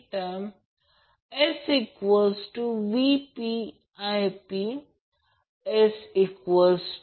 तर VAN पासून Ia ने लॅग करतो